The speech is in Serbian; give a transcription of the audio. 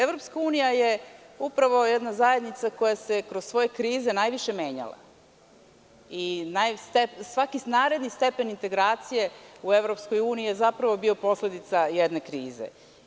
Evropska unija je upravo jedna zajednica koja se kroz svoje krize najviše menjala i svaki naredni stepen integracije u EU je zapravo bio posledica jedne krize.